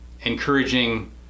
encouraging